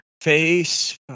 face